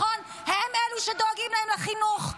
את יודעת את שמות היישובים?